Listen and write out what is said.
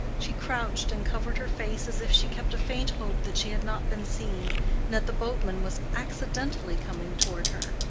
she crouched and covered her face as if she kept a faint hope that she had not been seen, and that the boatman was accidentally coming toward her.